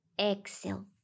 Exhale